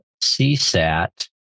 CSAT